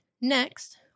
Next